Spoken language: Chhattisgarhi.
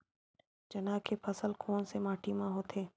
चना के फसल कोन से माटी मा होथे?